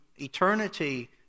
eternity